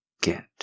get